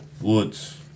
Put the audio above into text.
woods